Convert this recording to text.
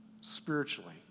spiritually